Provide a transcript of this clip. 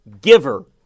giver